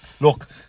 Look